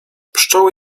pszczoły